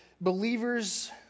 believers